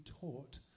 taught